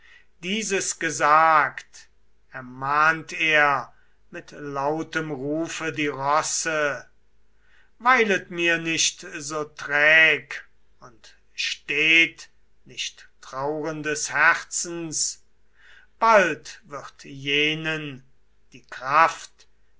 dieses gesagt ermahnt er mit lautem rufe die rosse weilet mir nicht so träg und steht nicht traurendes herzens bald wird jenen die kraft